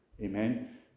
Amen